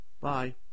Bye